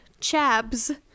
Chabs